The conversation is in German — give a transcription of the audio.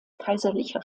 kaiserlicher